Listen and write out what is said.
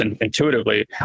intuitively